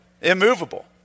immovable